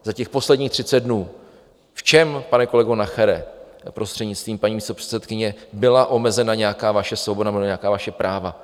Za těch posledních 30 dnů v čem, pane kolego Nachere, prostřednictvím paní místopředsedkyně, byla omezena nějaká vaše svoboda nebo nějaká vaše práva?